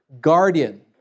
guardian